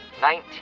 nineteen